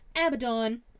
Abaddon